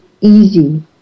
easy